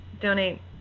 donate